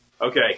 Okay